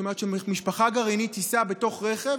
זאת אומרת, משפחה גרעינית תיסע בתוך רכב,